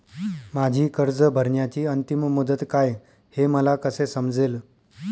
माझी कर्ज भरण्याची अंतिम मुदत काय, हे मला कसे समजेल?